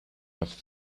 have